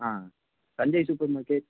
ah Sanjay super market